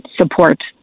support